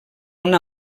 una